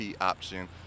option